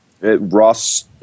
Ross